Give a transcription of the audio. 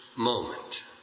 Moment